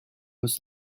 was